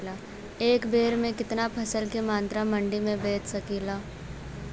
एक बेर में कितना फसल के मात्रा मंडी में बेच सकीला?